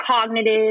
cognitive